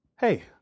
Hey